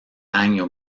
año